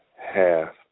half